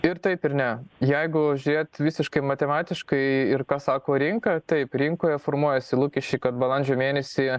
ir taip ir ne jeigu žiūrėi visiškai matematiškai ir ką sako rinka taip rinkoje formuojasi lūkesčiai kad balandžio mėnesį